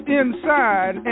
inside